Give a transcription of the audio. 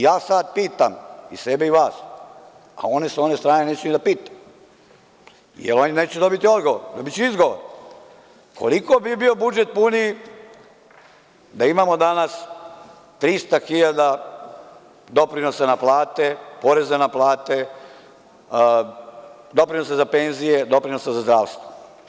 Ja sada pitam i sebe i vas, a one sa one strane neću ni da pitam, jer oni neće dobiti odgovor, dobiće izgovor, koliko bi bio budžet puniji da imamo danas 300.000 doprinosa na plate, poreza na plate, doprinosa za penzije, doprinosa za zdravstvo?